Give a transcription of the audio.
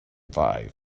five